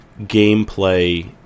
gameplay